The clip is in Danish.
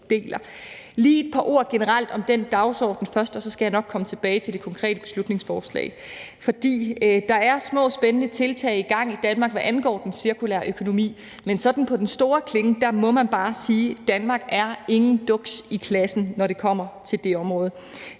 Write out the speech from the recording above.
sige et par ord generelt om den dagsorden først, og så skal jeg nok komme tilbage til det konkrete beslutningsforslag. For der er små, spændende tiltag i gang i Danmark, hvad angår den cirkulære økonomi. Men sådan på den store klinge må man bare sige: Danmark er ingen duks i klassen, når det kommer til det område.